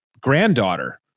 granddaughter